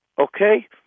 okay